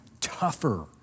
tougher